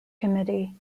committee